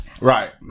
Right